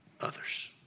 others